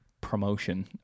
promotion